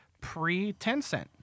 pre-Tencent